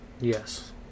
Yes